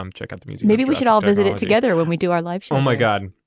um check out the music maybe we should all visit it together when we do our lives oh my god.